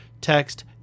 text